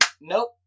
nope